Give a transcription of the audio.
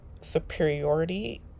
superiority